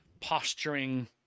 posturing